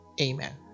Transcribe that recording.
Amen